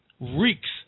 reeks